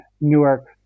newark